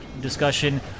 discussion